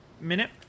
minute